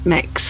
Mix